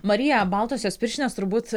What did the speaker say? marija baltosios pirštinės turbūt